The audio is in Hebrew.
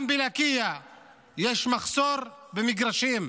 וגם בלקיה יש מחסור במגרשים.